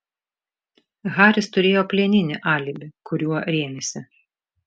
haris turėjo plieninį alibi kuriuo rėmėsi